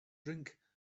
drink